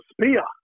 spear